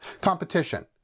Competition